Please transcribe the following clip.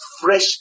fresh